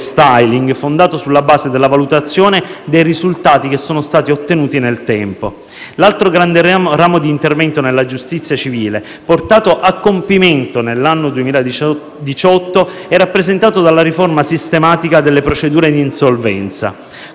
fondato sulla base della valutazione dei risultati che sono stati ottenuti nel tempo. L'altro grande ramo di intervento nella giustizia civile portato a compimento nell'anno 2018 è rappresentato dalla riforma sistematica delle procedure di insolvenza.